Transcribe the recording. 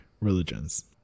religions